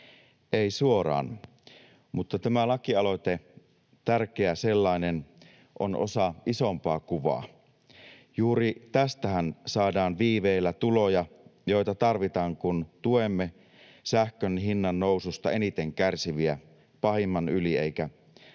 Ei suoraan, mutta tämä lakialoite, tärkeä sellainen, on osa isompaa kuvaa. Juuri tästähän saadaan viiveellä tuloja, joita tarvitaan, kun tuemme sähkön hinnannoususta eniten kärsiviä pahimman yli, eikä